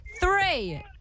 Three